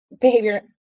behavior